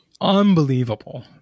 Unbelievable